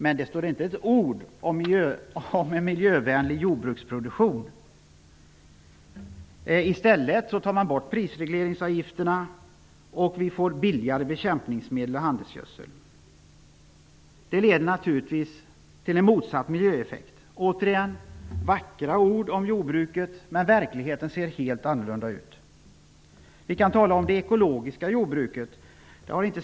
Men det sägs inte ett enda ord om en miljövänlig jordbruksproduktion. I stället vill man ta bort prisregleringsavgifterna, och vi skall få billigare bekämpningsmedel och handelsgödsel. Det får naturligtvis en negativ miljöeffekt. Det sägs vackra ord om jordbruket, men verkligheten ser helt annorlunda ut. Vi kan tala om det ekologiska jordbruket.